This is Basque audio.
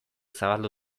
zabaldu